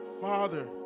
Father